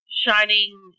shining